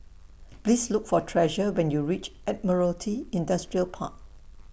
Please Look For Treasure when YOU REACH Admiralty Industrial Park